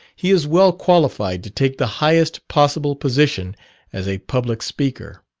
he is well qualified to take the highest possible position as a public speaker.